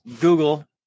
Google